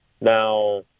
Now